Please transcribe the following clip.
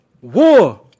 War